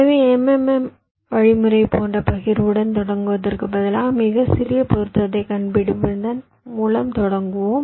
எனவே MMM வழிமுறை போன்ற பகிர்வுடன் தொடங்குவதற்குப் பதிலாக மிகச் சிறிய பொருத்தத்தைக் கண்டுபிடிப்பதன் மூலம் தொடங்குவோம்